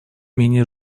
менее